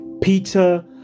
Peter